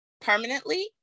permanently